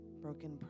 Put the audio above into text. broken